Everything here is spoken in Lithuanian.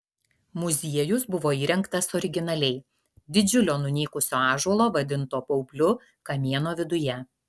muziejus buvo įrengtas originaliai didžiulio nunykusio ąžuolo vadinto baubliu kamieno viduje